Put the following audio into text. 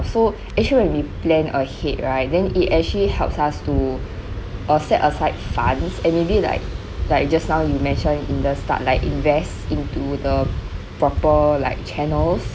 so actually when we plan ahead right then it actually helps us to uh set aside funds and maybe like like just now you mentioned in the start like invest into the proper like channels